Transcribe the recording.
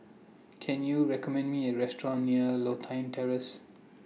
Can YOU recommend Me A Restaurant near Lothian Terrace